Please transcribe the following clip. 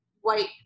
white